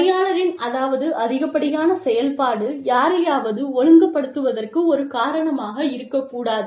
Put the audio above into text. பணியாளரின் அதாவது அதிகப்படியான செயல்பாடு யாரையாவது ஒழுங்குபடுத்துவதற்கு ஒரு காரணமாக இருக்கக்கூடாது